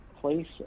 place